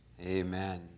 Amen